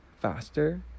faster